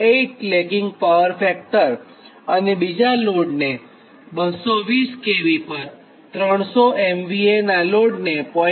8 lagging power factor અને બીજા લોડને 220 kV પર 300 MVA નાં લોડને 0